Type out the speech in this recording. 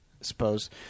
suppose